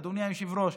אדוני היושב-ראש,